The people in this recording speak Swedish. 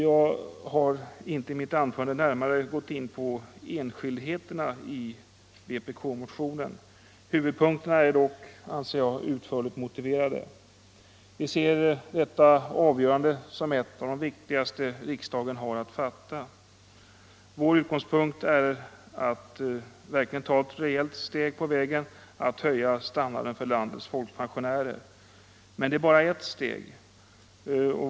Jag har inte i mitt anförande närmare gått in på enskildheterna i vpk-motionen. Huvudpunkterna är dock, anser jag, utförligt motiverade. Vi ser detta avgörande som ett av de viktigaste riksdagen har att fatta. Vår utgångspunkt är att verkligen ta ett rejält steg på vägen att höja standarden för landets folkpensionärer. Men det är bara ett steg.